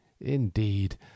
indeed